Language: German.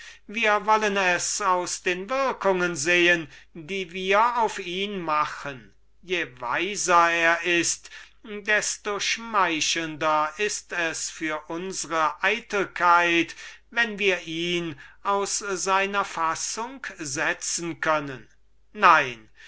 wir wollen es aus den würkungen sehen die wir auf ihn machen je weiser er ist desto schmeichelnder ist es für unsre eitelkeit wenn wir ihn aus seiner fassung setzen können nein